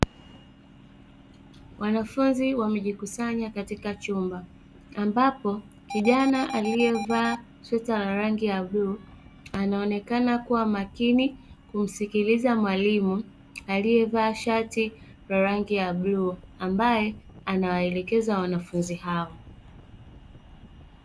Wanafunzi wamejikusanya katika chumba. Ambapo kijana aliyevaa sweta la rangi ya bluu anaonekana kuwa makini kumsikiliza mwalimu aliyevaa shari la rangi ya bluu, ambaye anawaelekeza wanafunzi hao.